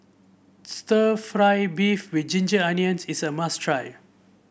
stir fry beef with Ginger Onions is a must try